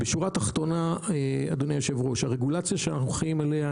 בשורה התחתונה: הרגולציה שאנחנו חיים עליה,